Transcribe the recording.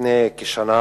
לפני כשנה